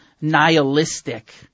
nihilistic